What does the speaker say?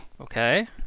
Okay